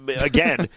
again